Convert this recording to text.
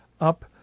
up